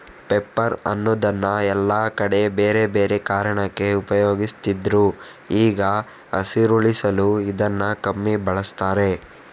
paper ಅನ್ನುದನ್ನ ಎಲ್ಲಾ ಕಡೆ ಬೇರೆ ಬೇರೆ ಕಾರಣಕ್ಕೆ ಉಪಯೋಗಿಸ್ತಿದ್ರು ಈಗ ಹಸಿರುಳಿಸಲು ಇದನ್ನ ಕಮ್ಮಿ ಬಳಸ್ತಾರೆ